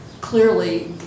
clearly